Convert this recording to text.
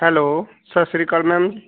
hello ਸਤਿ ਸ਼੍ਰੀ ਅਕਾਲ ਮੈਮ